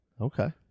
okay